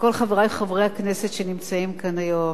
לכל חברי חברי הכנסת שנמצאים כאן היום,